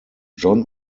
jon